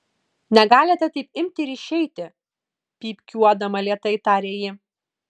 negalite taip imti ir išeiti pypkiuodama lėtai tarė ji